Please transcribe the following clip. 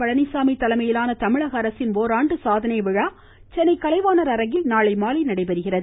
பழனிச்சாமி தலைமையிலான தமிழக அரசின் ஓராண்டு சாதனை விழா சென்னை கலைவாணர் அரங்கில் நாளைமாலை நடைபெறுகிறது